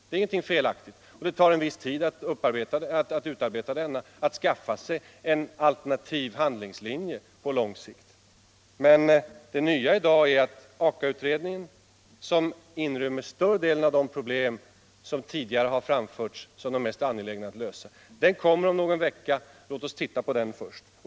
Det är ingenting fel med en sådan och det tar en viss tid att utarbeta denna, skaffa sig en alternativ handlingslinje på lång sikt. Men det nya och väsentliga i dag är att Aka-utredningen, som inrymmer svar på större delen av de problem som tidigare framförts som de mest angelägna att lösa, kommer om någon vecka. Låt oss titta på den först.